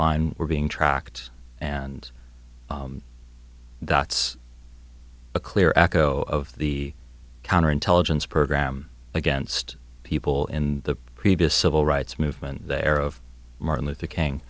online were being tracked and that's a clear echo of the counterintelligence program against people in the previous civil rights movement there of martin luther king